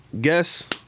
Guess